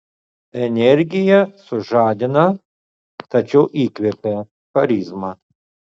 energija sužadina tačiau įkvepia charizma